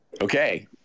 Okay